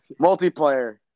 multiplayer